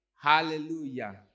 Hallelujah